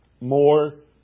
More